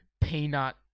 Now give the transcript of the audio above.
peanut